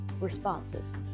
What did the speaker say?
responses